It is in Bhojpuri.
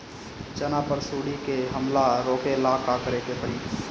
चना पर सुंडी के हमला रोके ला का करे के परी?